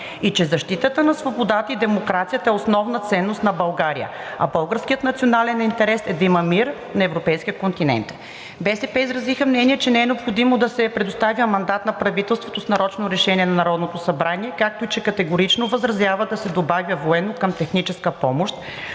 и че защитата на свободата и демокрацията е основна ценност за България, а българският национален интерес е да има мир на европейския континент. БСП изразиха мнение, че не е необходимо да се предоставя мандат на правителството с нарочно решение на Народното събрание, както и че категорично възразяват да се добавя „военно-“ към „техническа“ помощ,